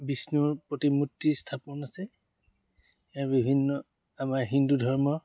বিষ্ণুৰ প্ৰতিমূ্তি স্থাপন আছে ইয়াৰ বিভিন্ন আমাৰ হিন্দু ধৰ্ম